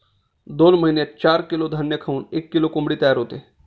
दोन महिन्यात चार किलो धान्य खाऊन एक किलो कोंबडी तयार होते